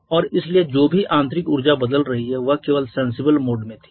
और इसलिए जो भी आंतरिक ऊर्जा बदल रही है वह केवल सेंसिबल मोड में थी